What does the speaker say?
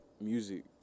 music